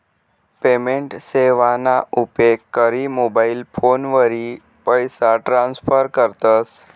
payment सेवाना उपेग करी मोबाईल फोनवरी पैसा ट्रान्स्फर करतस